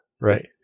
Right